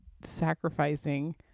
sacrificing